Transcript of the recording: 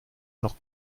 noch